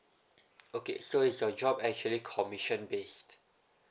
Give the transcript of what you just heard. okay so is your job actually commission based